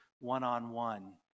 one-on-one